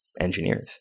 engineers